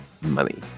money